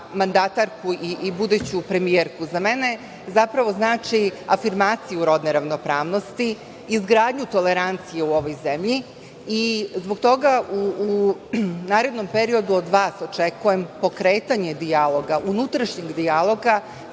mandatarku i buduću premijerku za mene zapravo znači afirmaciju rodne ravnopravnosti, izgradnju tolerancije u ovoj zemlji i zbog toga u narednom periodu od vas očekujem pokretanje dijaloga, unutrašnjeg dijaloga